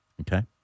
Okay